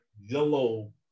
yellow